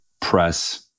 press